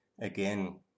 Again